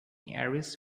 areas